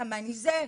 כמה אני זה.